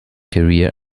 career